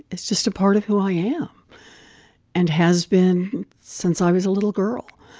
it's just a part of who i am and has been since i was a little girl.